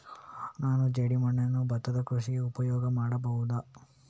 ನಾನು ಜೇಡಿಮಣ್ಣನ್ನು ಭತ್ತದ ಕೃಷಿಗೆ ಉಪಯೋಗ ಮಾಡಬಹುದಾ?